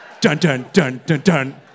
Dun-dun-dun-dun-dun